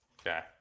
Okay